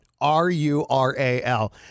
R-U-R-A-L